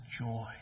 joy